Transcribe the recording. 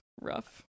rough